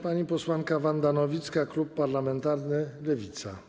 Pani posłanka Wanda Nowicka, klub parlamentarny Lewica.